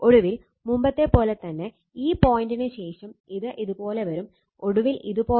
ഒടുവിൽ മുമ്പത്തെപ്പോലെ തന്നെ ഈ പോയിന്റിനുശേഷം ഇത് ഇതുപോലെ വരും ഒടുവിൽ ഇതുപോലെയും